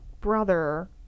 brother